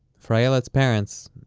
for ayelet's parents,